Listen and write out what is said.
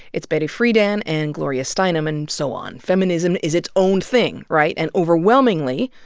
it's betty friedan and gloria steinem and so on. feminism is its own thing, right, and overwhelmingly,